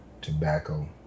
tobacco